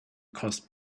cost